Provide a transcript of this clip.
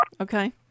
Okay